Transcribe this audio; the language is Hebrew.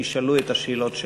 ישאלו את השאלות שלהם.